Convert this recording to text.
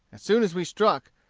as soon as we struck,